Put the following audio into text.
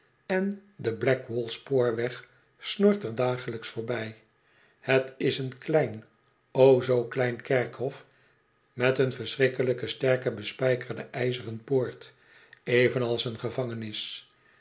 en de blackwall spoorweg snort er dagelijks voorbij het is een klein o zoo klein kerkhof met een verschrikkelijke sterke b espijker de ijzeren poort evenals een gevangenis